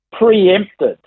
preempted